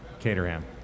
Caterham